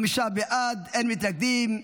חמישה בעד, אין מתנגדים.